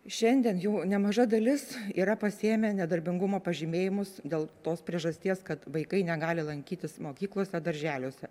šiandien jų nemaža dalis yra pasiėmę nedarbingumo pažymėjimus dėl tos priežasties kad vaikai negali lankytis mokyklose darželiuose